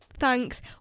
Thanks